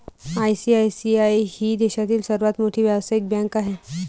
ICICI ही देशातील सर्वात मोठी व्यावसायिक बँक आहे